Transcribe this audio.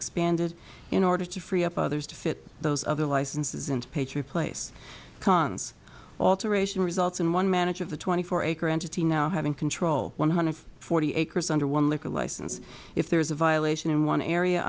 expanded in order to free up others to fit those other licenses into patriot place cons alteration results and one manager of the twenty four acre entity now having control one hundred forty acres under one liquor license if there is a violation in one area